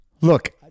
look